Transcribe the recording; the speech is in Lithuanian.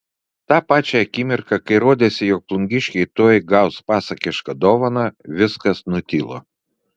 tą pačią akimirką kai rodėsi jog plungiškiai tuoj gaus pasakišką dovaną viskas nutilo